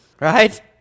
Right